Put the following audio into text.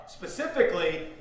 Specifically